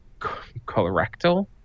colorectal